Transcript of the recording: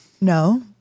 No